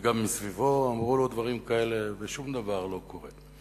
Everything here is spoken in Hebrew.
וגם מסביבו אמרו לו דברים כאלה, ושום דבר לא קורה.